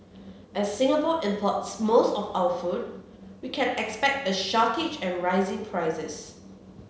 as Singapore import's most of our food we can expect a shortage and rising prices